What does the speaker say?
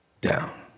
down